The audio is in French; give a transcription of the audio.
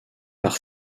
par